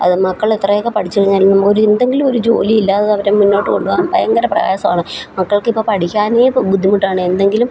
അത് മക്കൾ എത്രയൊക്കെ പഠിച്ച് കഴിഞ്ഞാലും നമുക്ക് ഒരു എന്തെങ്കിലും ഒരു ജോലി ഇല്ലാതെ അവരെ മുന്നോട്ട് കൊണ്ടുപോകാൻ ഭയങ്കര പ്രയാസമാണ് മക്കൾക്ക് ഇപ്പം പഠിക്കാനേ ബുദ്ധിമുട്ടാണ് എന്തെങ്കിലും